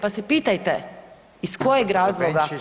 Pa se pitajte iz kojeg razloga